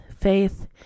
faith